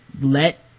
let